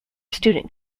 student